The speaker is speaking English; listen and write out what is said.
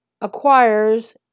acquires